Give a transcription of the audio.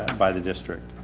by the district.